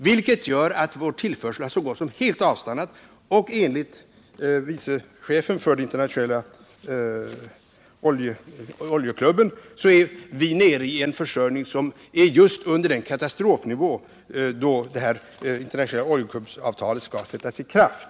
; Detta gör ju att vår tillförsel har så gott som helt avstannat. Enligt vice chefen för den internationella oljeklubben är vi nu nere i en försörjning som ligger just under den katastrofnivå som gäller för att det internationella oljeavtalet skall sättas i kraft.